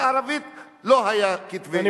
נגד האוכלוסייה הערבית, לא היו כתבי-אישום.